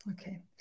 Okay